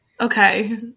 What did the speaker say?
okay